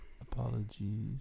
Apologies